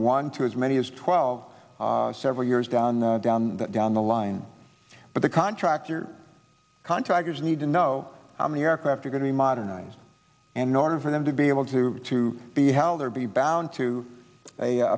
one to as many as twelve several years down the down the down the line but the contractor contractors need to know how many aircraft are going to be modernized and norton for them to be able to to be held there be bound to